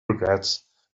regrets